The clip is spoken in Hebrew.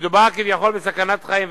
מדובר כביכול בסכנת חיים,